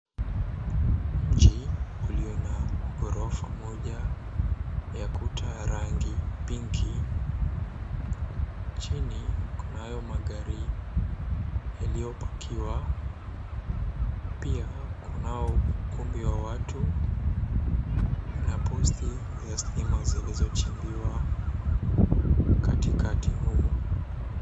Mji ulio na ghorofa moja ya kuta ya rangi pinki chini, kunayo magari yaliyopakiwa pia kunayo ukumbi wa watu na posti za stima zilizo chimbiwa katikati humo.